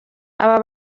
aba